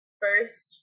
first